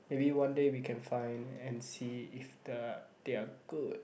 maybe one day we can find and see if the they are good